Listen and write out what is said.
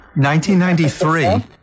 1993